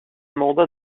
mandat